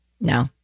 No